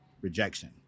rejection